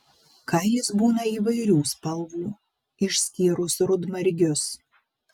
kailis būna įvairių spalvų išskyrus rudmargius